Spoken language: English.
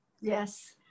yes